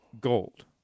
gold